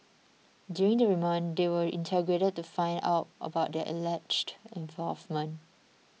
during the remand they will interrogated to find out about their alleged involvement